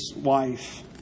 wife